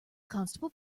constable